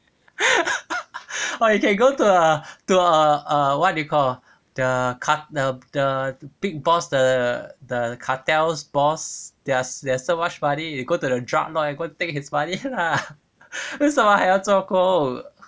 or you can go to a to a uh what do you call the cut the the big boss the the cartels boss their there's so much money you go to the drug lord and go and take his money lah 为什么还要做工